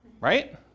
Right